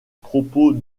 propos